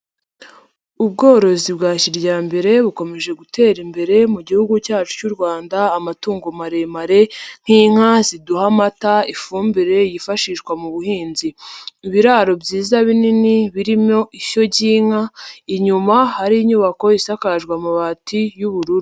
Ubworozi bwa kijyambere bukomeje gutera imbere mu gihugu cyacu cy'u Rwanda, amatungo maremare nk'inka ziduha amata ifumbire yifashishwa mu buhinzi. Ibiraro byiza binini birimo ishyo ry'inka, inyuma hari inyubako isakajwe amabati y'ubururu.